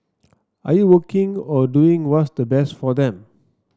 are you working or doing what's the best for them